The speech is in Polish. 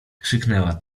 krzyknęła